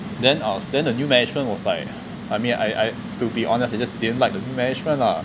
then I was then the new management was like I mean I I to be honest I just didn't like the new management lah